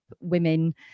women